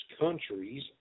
countries